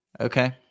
Okay